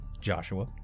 Joshua